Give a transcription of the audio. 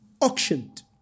auctioned